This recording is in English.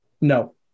No